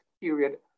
period